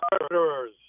Murderers